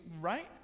right